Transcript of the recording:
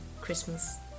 christmas